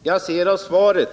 Herr talman! I svaret